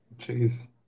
Jeez